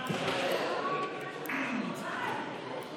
הגיע יושב-ראש הוועדה.